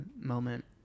moment